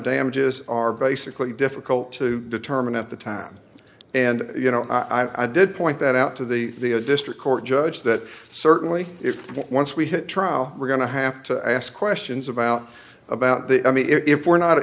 damages are basically difficult to determine at the time and you know i did point that out to the district court judge that certainly once we had trial we're going to have to ask questions about about the i mean if we're not